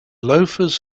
loafers